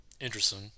Interesting